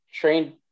train